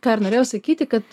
ką ir norėjau sakyti kad